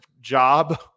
job